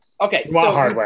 okay